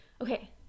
Okay